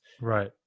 right